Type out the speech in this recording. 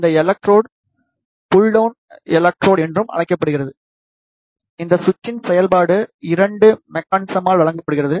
இந்த electrode pull down electrode என்று அழைக்கப்படுகிறது இந்த சுவிட்சின் செயல்பாடு 2 மெக்கானிசமால் வழங்கப்படுகிறது